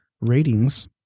ratings